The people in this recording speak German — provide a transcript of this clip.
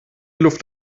luft